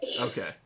Okay